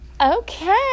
Okay